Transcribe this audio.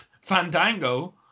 Fandango